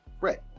red